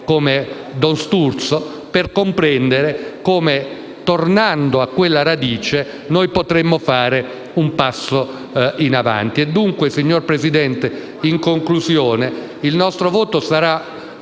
come don Sturzo per comprendere come, tornando a quella radice, noi potremmo fare un passo in avanti. In conclusione, signor Presidente, il nostro voto sarà